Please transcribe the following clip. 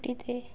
পুটিতে